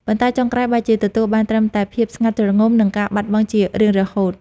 ប៉ុន្តែចុងក្រោយបែរជាទទួលបានត្រឹមតែភាពស្ងាត់ជ្រងំ និងការបាត់បង់ជារៀងរហូត។